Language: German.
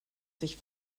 sich